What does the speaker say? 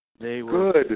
Good